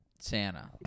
Santa